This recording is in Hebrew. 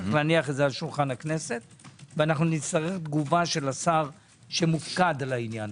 להניח את זה על שולחן הכנסת ונצטרך תגובת השר שמופקד על העניין.